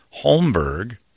holmberg